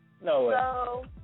No